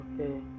Okay